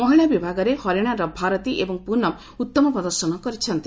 ମହିଳା ବିଭାଗରେ ହରିଆଣାର ଭାରତୀ ଏବଂ ପୁନମ୍ ଉତ୍ତମ ପ୍ରଦର୍ଶନ କରିଛନ୍ତି